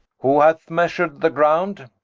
who hath measur'd the ground?